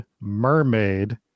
mermaid